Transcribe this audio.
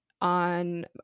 on